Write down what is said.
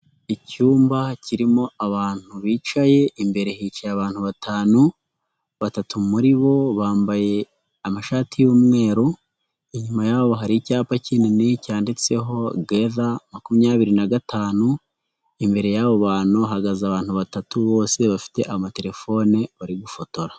Icyumba kirimo abantu bicaye, imbere hicaye abantu batanu, batatu muri bo bambaye amashati y'umweru. Inyuma yabo hari icyapa kinini cyanditseho geda makumyabiri na gatanu. Imbere y'abo bantu hahagaze abantu batatu bose bafite amatelefone bari gufotora.